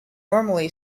normally